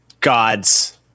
gods